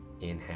inhale